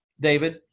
David